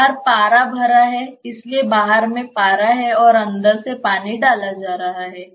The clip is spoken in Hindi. बाहर पारा भरा है इसलिए बाहर में पारा है और अंदर से पानी डाला जा रहा है